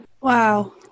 Wow